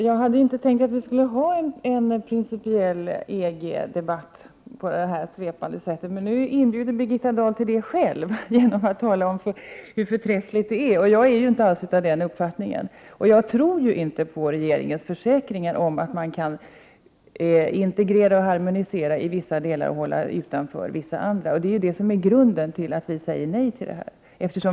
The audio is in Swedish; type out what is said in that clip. Fru talman! Min avsikt var inte att få till stånd en principiell EG-debatt på det här svepande sättet. Nu inbjuder emellertid Birgitta Dahl själv till en sådan genom att tala om hur förträffligt det är med ett nära samarbete. Jag delar inte alls den uppfattningen. Jag tror inte på regeringens försäkringar om att man kan integrera och harmonisera när det gäller vissa delar och hålla andra delar utanför, vilket utgör grunden för att vi säger nej till detta.